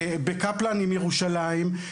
בקפלן עם ירושלים.